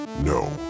No